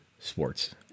Sports